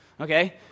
okay